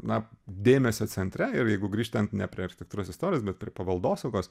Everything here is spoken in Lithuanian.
na dėmesio centre ir jeigu grįžtant ne prie architektūros istorijos bet ir paveldosaugos